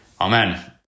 Amen